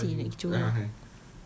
I tak sabar seh nak gi johor